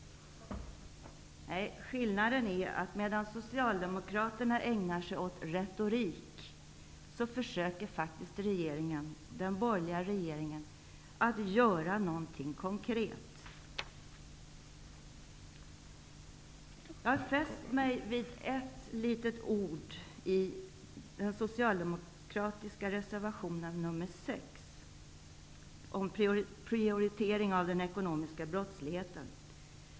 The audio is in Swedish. Nej, skillnaden är att medan Socialdemokraterna ägnar sig åt retorik försöker faktiskt den borgerliga regeringen att göra något konkret. Jag har fäst mig vid ett litet ord i den socialdemokratiska reservationen nr 6 om prioritering av den ekonomiska brottsligheten.